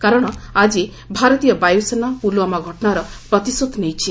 କାରଣ ଆଜି ଭାରତୀୟ ବାୟୁସେନା ପୁଲଓ୍ୱାମା ଘଟଶାର ପ୍ରତିଶୋଧ ନେଇଛି